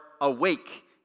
awake